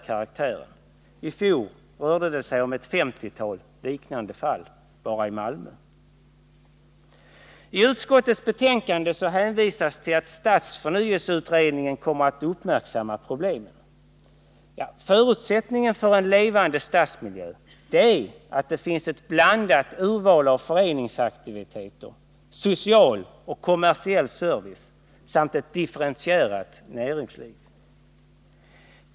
I fjol rörde det sig om ett 50-tal liknande fall bara i Malmö. Fru talman! I utskottets betänkande hänvisas till att stadsförnyelseutredningen kommer att uppmärksamma problemen. Förutsättningen för en levande stadsmiljö är att det finns ett blandat urval av föreningsaktiviteter, social och kommersiell service, samt ett differentierat näringsliv.